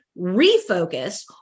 refocus